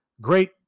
great